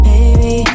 Baby